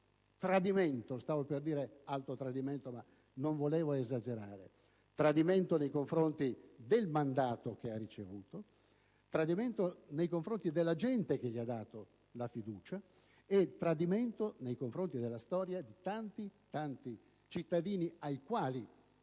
(stavo per dire di alto tradimento, ma non vorrei esagerare): un tradimento nei confronti del mandato che ha ricevuto, della gente che gli ha dato la fiducia e della storia di tanti cittadini ai quali